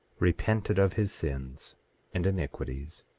repented of his sins and iniquities,